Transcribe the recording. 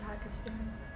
Pakistan